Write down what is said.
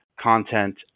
content